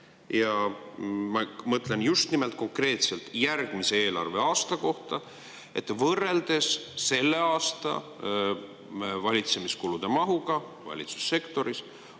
ma mõtlen just nimelt konkreetselt järgmise eelarveaasta kohta, võrreldes selle aasta valitsemiskulude mahuga valitsussektoris,